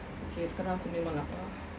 okay sekarang aku memang lapar